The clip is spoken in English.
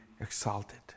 exalted